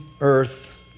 earth